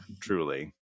truly